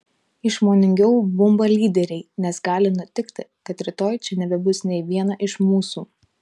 išmoningiau bumba lyderiai nes gali nutikti kad rytoj čia nebebus nė vieno iš mūsų